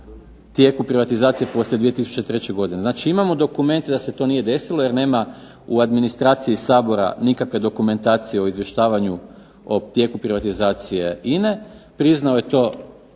tijeku privatizacije poslje 2003. godine. Znači imamo dokument da se to nije desilo jer nema u administraciji Sabora nikakve dokumentacije o izvještavanju o tijeku privatizacije INA-e. priznao je to